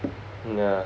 yeah